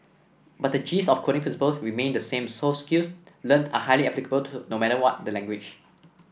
but the gist of coding principles remained the same so skills learnt are highly applicable no matter what the language